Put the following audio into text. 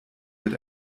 wird